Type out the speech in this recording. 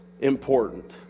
important